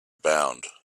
bound